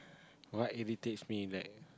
what irritates me back